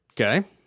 Okay